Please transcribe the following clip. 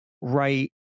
right